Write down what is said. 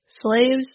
slaves